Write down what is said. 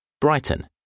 Brighton